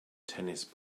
tennis